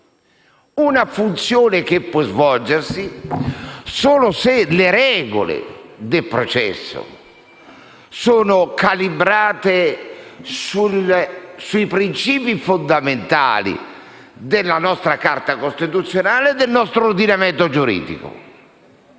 una funzione che può svolgersi solo se le regole del processo sono calibrate sui principi fondamentali della nostra Carta costituzionale e del nostro ordinamento giuridico.